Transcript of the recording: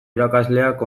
irakasleak